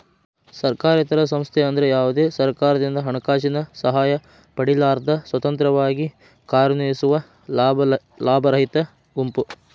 ಸರ್ಕಾರೇತರ ಸಂಸ್ಥೆ ಅಂದ್ರ ಯಾವ್ದೇ ಸರ್ಕಾರದಿಂದ ಹಣಕಾಸಿನ ಸಹಾಯ ಪಡಿಲಾರ್ದ ಸ್ವತಂತ್ರವಾಗಿ ಕಾರ್ಯನಿರ್ವಹಿಸುವ ಲಾಭರಹಿತ ಗುಂಪು